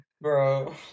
Bro